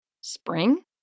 Spring